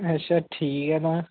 अच्छा ठीक ऐ तां